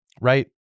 right